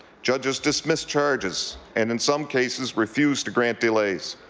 judges dismissed charges and in some cases refused to grant delays,